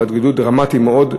אבל גידול דרמטי מאוד,